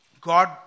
God